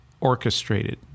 orchestrated